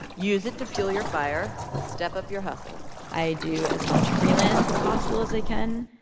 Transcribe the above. use it to fuel your fire. step up your hustle i do as much freelance as possible as they can.